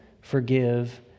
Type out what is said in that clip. forgive